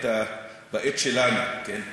בעת שלנו, כן?